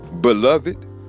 beloved